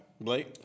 Blake